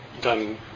done